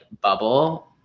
bubble